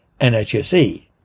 NHSE